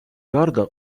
გარდა